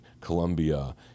Colombia